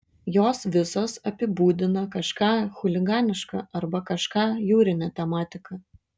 jos visos apibūdina kažką chuliganiška arba kažką jūrine tematika